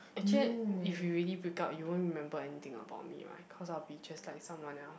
actually if you really break up you won't remember anything about me right cause I'll be just like someone else